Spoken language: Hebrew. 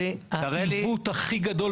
איך זה לטובת הילד?